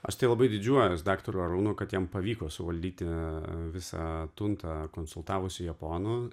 aš tai labai didžiuojuos daktaru arūnu kad jam pavyko suvaldyti visą tuntą konsultavusių japonų